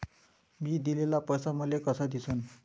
मी दिलेला पैसा मले कसा दिसन?